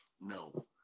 No